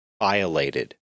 violated